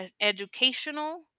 educational